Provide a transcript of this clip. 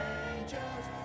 angels